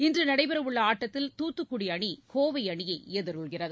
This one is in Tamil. இன்றுநடைபெறவுள்ளஆட்டத்தில் தூத்துக்குடிஅணி கோவைஅணியைஎதிர்கொள்கிறது